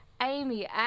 Amy